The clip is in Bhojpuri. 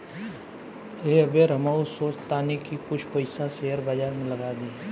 एह बेर हमहू सोचऽ तानी की कुछ पइसा शेयर बाजार में लगा दी